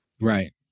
Right